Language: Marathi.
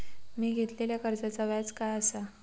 मी घेतलाल्या कर्जाचा व्याज काय आसा?